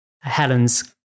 Helen's